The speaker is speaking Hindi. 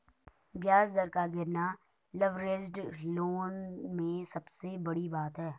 ब्याज दर का गिरना लवरेज्ड लोन में सबसे बड़ी बात है